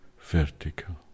vertical